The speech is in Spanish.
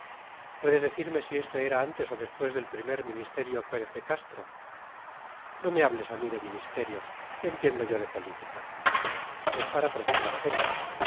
puedes decirme si esto era antes o después del primer ministerio pérez de castro no me hables a mí de ministerios qué entiendo yo de política es para precisar fechas